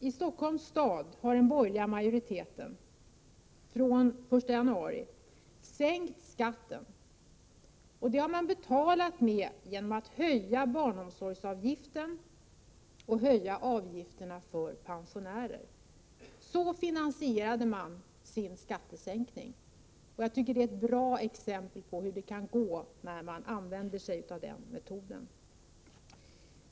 I Stockholms stad sänkte den borgerliga majoriteten skatten den 1 januari, vilket har betalats genom en höjning av barnomsorgsavgiften och avgifterna för pensionärer. Så finansierade man sin skattesänkning. Jag tycker att detta är ett bra exempel på hur det kan gå, när man använder sig av den metoden.